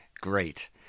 great